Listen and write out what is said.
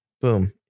Boom